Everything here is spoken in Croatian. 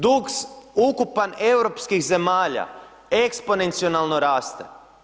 Dug ukupan europskih zemalja eksponencijalno raste.